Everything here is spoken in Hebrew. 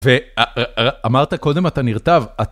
ואמרת קודם, אתה נרטב.